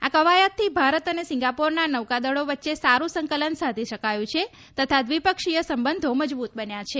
આ કવાયતથી ભારત અને સિંગાપુરના નૌકાદળો વચ્ચે સારૂ સંકલન સાધી શકાયું છે તથા દ્વિપક્ષીય સંબંધો મજબૂત બન્યા છે